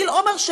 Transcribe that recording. גיל עומר,